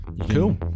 Cool